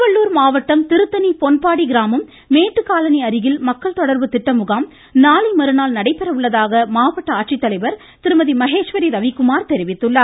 திருவள்ளூர் மாவட்டம் திருத்தனி பொன்பாடி கிராமம் மேட்டுக்காலனி அருகில் மக்கள் தொடர்பு திட்ட முகாம் நாளைமறுநாள் நடைபெற உள்ளதாக மாவட்ட ஆட்சித்தலைவர் திருமதி மகேஸ்வரி ரவிக்குமார் தெரிவித்துள்ளார்